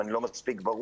אם אני לא מספיק ברור,